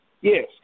Yes